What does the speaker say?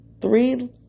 three